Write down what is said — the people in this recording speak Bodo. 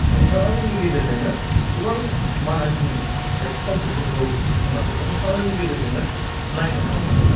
नोंथाङा जोंनि गेजेरजोंनो गोबां मानासनि खायसे समफदफोरखौ जिब जुनारफोरखौ नोंथाङा जोंनि गेजेरजोंनो नायनो हागोन आरो